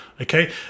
okay